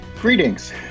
Greetings